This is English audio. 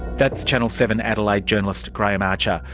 that's channel seven adelaide journalist graham archer.